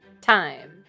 Time